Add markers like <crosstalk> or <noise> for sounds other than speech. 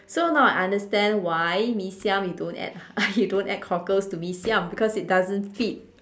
so now I understand why mee siam you don't add <laughs> you don't add cockles to mee siam because it doesn't fit